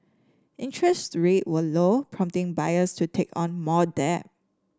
interest rate were low prompting buyers to take on more debt